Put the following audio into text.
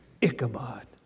Ichabod